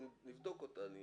נבדוק אותה היא